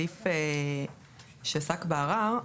הסעיף שעסק בערר,